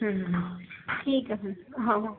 हं हं हं ठीक आहे हो हो